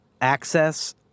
access